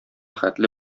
хәтле